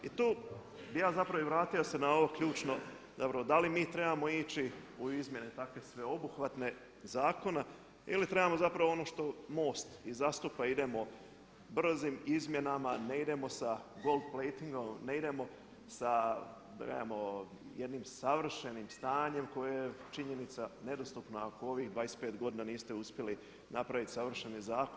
I tu bih ja zapravo i vratio se na ovo ključno zapravo da li mi trebamo ići u izmjene takve sveobuhvatne zakona ili trebamo zapravo ono što MOST i zastupa idemo brzim izmjenama, ne idemo sa … [[Ne razumije se.]] , ne idemo sa jednim savršenim stanjem koje činjenica je nedostupno ako u ovih 25 godina niste uspjeli napraviti savršeni zakon.